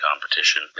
competition